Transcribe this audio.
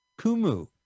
Kumu